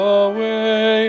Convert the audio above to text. away